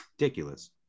ridiculous